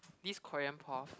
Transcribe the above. this Korean prof